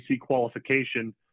qualification